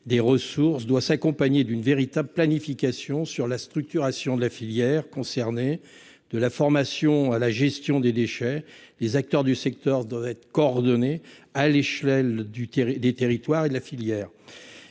des ressources doit s'accompagner d'une véritable planification sur la structuration de la filière concernée. De la formation à la gestion des déchets, les acteurs du secteur doivent être coordonnés à l'échelle des territoires et de la filière.